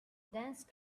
dense